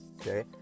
Okay